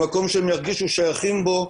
למקום שהם ירגישו שייכים בו,